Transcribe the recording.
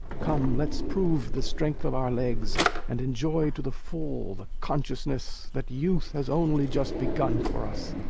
come, let's prove the strength of our legs and enjoy to the full the consciousness that youth has only just begun for us.